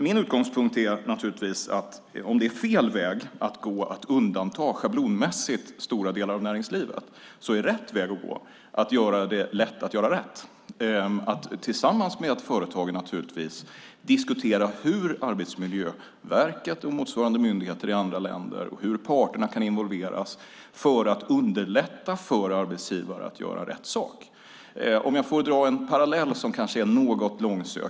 Min utgångspunkt är naturligtvis att om det är fel väg att gå att schablonmässigt undanta stora delar av näringslivet är det rätt väg att gå att göra det lätt att göra rätt, att tillsammans med företagen diskutera hur Arbetsmiljöverket och motsvarande myndigheter i andra länder och parterna kan involveras för att underlätta för arbetsgivare att göra rätt sak. Låt mig dra en parallell som kanske är något långsökt.